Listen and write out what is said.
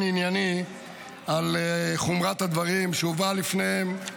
ענייני על חומרת הדברים שהובאו לפניהם.